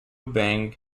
bang